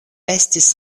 estis